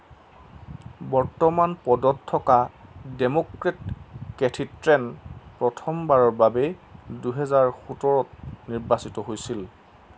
বৰ্তমান পদত থকা ডেম'ক্ৰেট কেথিট্ৰেন প্ৰথমবাৰৰ বাবে দুহেজাৰ সোতৰত নিৰ্বাচিত হৈছিল